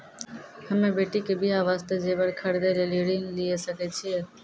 हम्मे बेटी के बियाह वास्ते जेबर खरीदे लेली ऋण लिये सकय छियै?